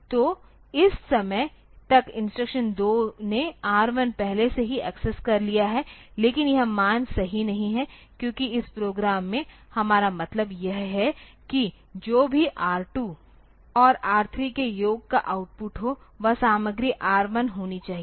तो इस समय तक इंस्ट्रक्शन 2 ने R1 पहले से ही एक्सेस कर लिया है लेकिन यह मान सही नहीं है क्योंकि इस प्रोग्राम में हमारा मतलब यह है कि जो भी R 2 और R3 के योग का आउटपुट हो वह सामग्री R 1 होनी चाहिए